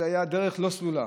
זו הייתה דרך לא סלולה.